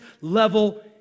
level